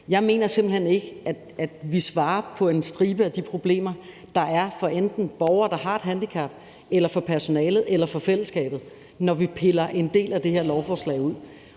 Jeg mener simpelt hen ikke, at vi svarer på en stribe af de problemer, der er for enten borgere, der har et handicap, eller for personalet eller for fællesskabet, når vi piller en del af det her lovforslag ud.